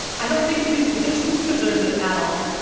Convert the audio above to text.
i don't think reese witherspoon deserves that at all.